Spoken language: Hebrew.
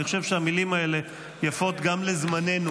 אני חושב שהמילים האלה יפות גם לזמננו,